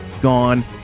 gone